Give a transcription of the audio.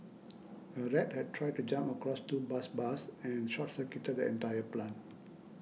a rat had tried to jump across two bus bars and short circuited the entire plant